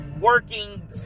working